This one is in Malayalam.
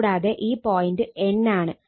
കൂടാതെ ഈ പോയിന്റ് N ആണ്